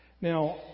Now